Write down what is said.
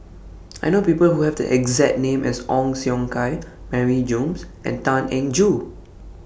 I know People Who Have The exact name as Ong Siong Kai Mary Gomes and Tan Eng Joo